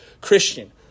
Christian